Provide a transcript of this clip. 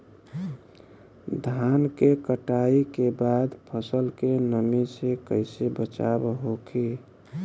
धान के कटाई के बाद फसल के नमी से कइसे बचाव होखि?